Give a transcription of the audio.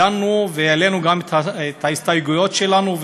דנו והעלינו גם את ההסתייגויות שלנו,